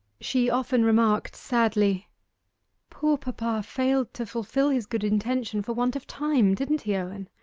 she often remarked sadly poor papa failed to fulfil his good intention for want of time, didn't he, owen?